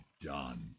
done